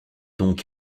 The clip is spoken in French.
donc